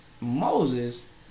Moses